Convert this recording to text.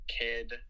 Kid